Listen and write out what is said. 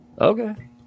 Okay